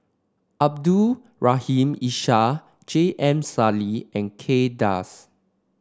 Abdul Rahim Ishak J M Sali and Kay Das